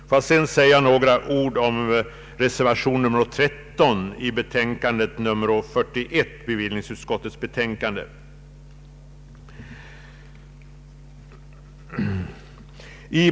Får jag sedan säga några ord om reservation nr 13 till bevillningsutskottets betänkande nr 41.